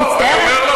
לא.